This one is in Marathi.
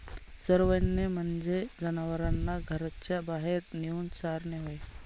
चरवणे म्हणजे जनावरांना घराच्या बाहेर नेऊन चारणे होय